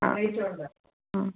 ആ ആ